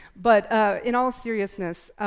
but in all seriousness,